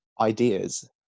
ideas